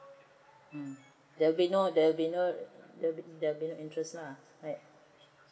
mm there will be no there will be no there will be no interest lah right